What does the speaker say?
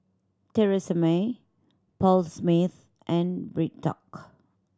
Tresemme Paul Smith and BreadTalk